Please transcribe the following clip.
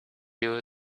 you